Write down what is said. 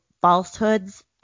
falsehoods